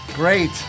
Great